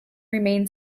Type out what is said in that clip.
remain